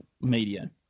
media